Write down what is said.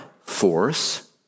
force